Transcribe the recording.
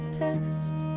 test